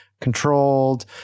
controlled